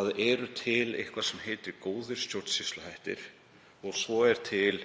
að til sé eitthvað sem heitir góðir stjórnsýsluhættir og svo sé til